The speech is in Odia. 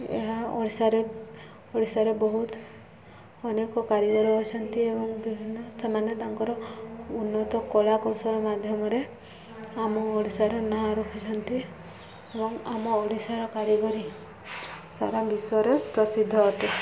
ଏହା ଓଡ଼ିଶାରେ ଓଡ଼ିଶାରେ ବହୁତ ଅନେକ କାରିଗର ଅଛନ୍ତି ଏବଂ ବିଭିନ୍ନ ସେମାନେ ତାଙ୍କର ଉନ୍ନତ କଳା କୌଶଳ ମାଧ୍ୟମରେ ଆମ ଓଡ଼ିଶାର ନାଁ ରଖୁଛନ୍ତି ଏବଂ ଆମ ଓଡ଼ିଶାର କାରିଗରୀ ସାରା ବିଶ୍ୱରେ ପ୍ରସିଦ୍ଧ ଅଟେ